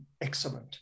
excellent